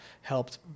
helped